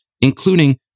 including